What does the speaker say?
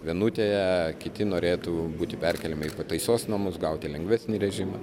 vienutėje kiti norėtų būti perkeliami į pataisos namus gauti lengvesnį režimą